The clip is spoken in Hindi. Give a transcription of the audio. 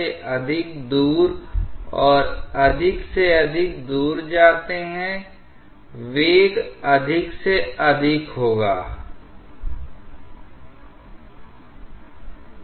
तो प्रतिकूल दबाव प्रवणता प्रभाव कम होगा यदि आप इस कोण को काफी छोटा बनाते हैं इसलिए यह लंबाई ज्यादा हो जाएगी लेकिन अगर यह लंबाई बड़ी है तो प्रत्यक्ष घर्षण प्रतिरोध अधिक होगा